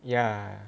ya